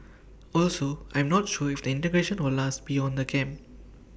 also I'm not sure if the integration will last beyond the camp